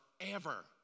forever